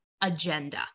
agenda